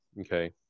okay